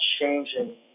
changing